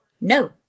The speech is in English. no